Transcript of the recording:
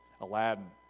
Aladdin